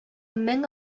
мең